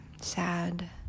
Sad